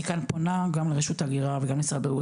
כאן פונה גם לרשות ההגירה וגם למשרד הבריאות,